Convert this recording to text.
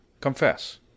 Confess